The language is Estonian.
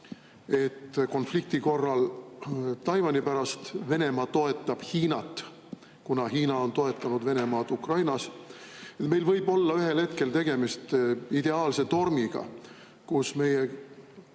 et konflikti korral Taiwani pärast Venemaa toetab Hiinat, kuna Hiina on toetanud Venemaad Ukrainas. Meil võib olla ühel hetkel tegemist ideaalse tormiga, kus meie